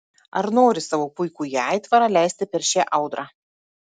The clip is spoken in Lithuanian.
ar nori savo puikųjį aitvarą leisti per šią audrą